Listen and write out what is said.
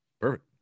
Perfect